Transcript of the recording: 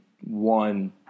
one